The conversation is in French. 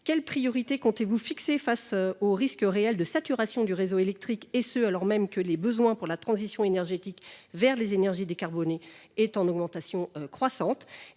Quelles priorités comptez-vous fixer face aux risques réels de saturation du réseau électrique et ceux alors même que les besoins pour la transition énergétique vers les énergies décarbonées est en augmentation croissante ?